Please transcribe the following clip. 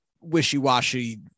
wishy-washy